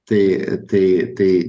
tai tai tai